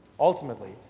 ultimately,